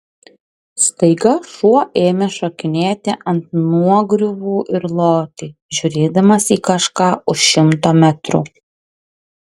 staiga šuo ėmė šokinėti ant nuogriuvų ir loti žiūrėdamas į kažką už šimto metrų